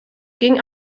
gegen